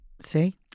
See